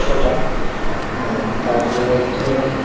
ছটা তারপর ধরুন